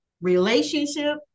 relationship